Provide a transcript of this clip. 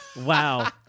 Wow